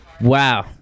Wow